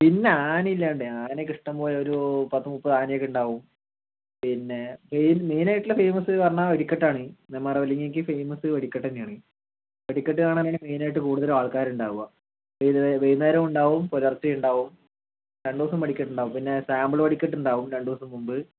പിന്നെ ആന ഇല്ലാതെ എന്ത് ആനയൊക്കെ ഇഷ്ടംപ്പോലെ ഒരു പത്ത് മുപ്പത് ആനയൊക്കെ ഉണ്ടാവും പിന്നെ മെയിൻ മെയ്നായിട്ടുള്ള ഫേയ്മസന്ന് പറഞ്ഞാൽ വെടിക്കെട്ടാണ് നെമ്മാറ വെല്ലിങ്ങിയ്ക്ക് ഫേയ്മസ് വെടിക്കെട്ട് തന്നെയാണ് വെടിക്കെട്ട് കാണാനാണ് മെയ്നായിട്ട് കൂടുതലും ആൾക്കാര് ഉണ്ടാവുക ഒര് വൈകുന്നേരവും ഉണ്ടാവും പുലർച്ചെ ഉണ്ടാവും രണ്ട് ദിവസം വെടിക്കെട്ട് ഉണ്ടാവും പിന്നെ സാമ്പിള് വെടിക്കെട്ട് ഉണ്ടാവും രണ്ടു ദിവസം മുമ്പ്